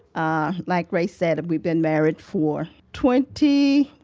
ah, like ray said, we've been married for twenty